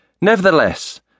Nevertheless